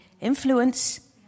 influence